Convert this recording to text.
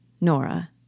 Nora